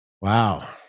Wow